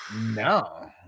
No